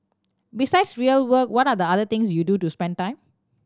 besides real work what are the other things you do to spend time